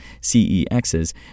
CEXs